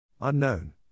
Unknown